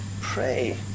Pray